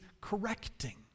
correcting